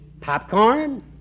Popcorn